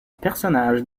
personnage